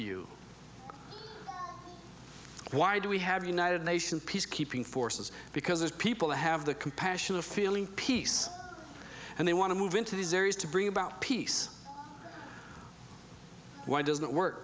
you why do we have united nations peacekeeping forces because those people have the compassion of feeling peace and they want to move into these areas to bring about peace why doesn't work